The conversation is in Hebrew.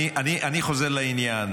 אני חוזר לעניין,